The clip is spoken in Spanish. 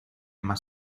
más